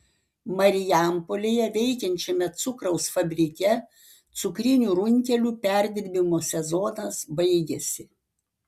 marijampolėje veikiančiame cukraus fabrike cukrinių runkelių perdirbimo sezonas baigiasi